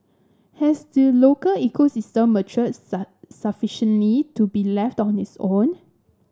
has the local ecosystem matured sufficiently to be left on its own